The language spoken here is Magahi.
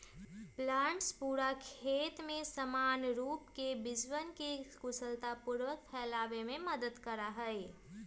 प्लांटर्स पूरा खेत में समान रूप से बीजवन के कुशलतापूर्वक फैलावे में मदद करा हई